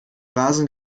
rasen